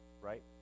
right